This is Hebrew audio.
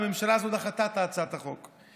הממשלה הזאת דחתה את הצעת החוק,